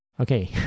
Okay